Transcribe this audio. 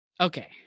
Okay